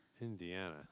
Indiana